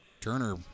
Turner